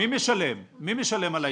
מי משלם על העסקה?